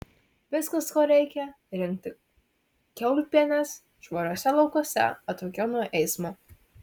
viskas ko reikia rinkti kiaulpienes švariuose laukuose atokiau nuo eismo